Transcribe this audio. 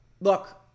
Look